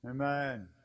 Amen